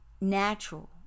natural